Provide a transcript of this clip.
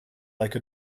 like